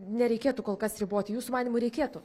nereikėtų kol kas riboti jūsų manymu reikėtų